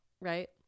right